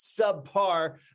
subpar